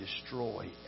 destroy